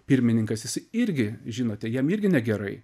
pirmininkas jisai irgi žinote jam irgi negerai